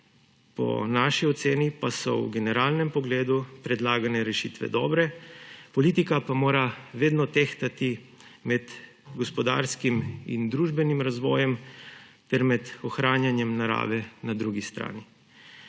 Po naši oceni pa so v generalnem pogledu predlagane rešitve dobre. Politika pa mora vedno tehtati med gospodarskim in družbenim razvojem ter ohranjanjem narave na drugi strani.